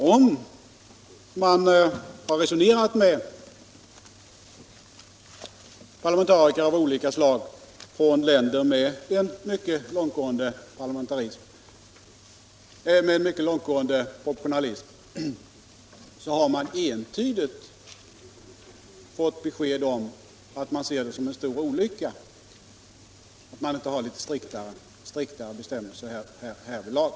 Om man har resonerat med parlamentariker från länder med en mycket långtgående proportionalism, har man entydigt fått besked om att de ser det som en stor olycka att de inte har litet striktare bestämmelser härvidlag.